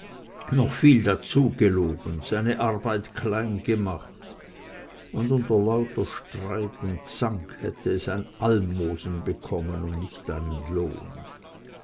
noch viel dazu gelogen seine arbeit klein gemacht und unter lauter streit und zank hätte es ein almosen bekommen und nicht einen lohn